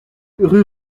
rue